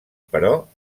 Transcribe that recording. però